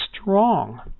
strong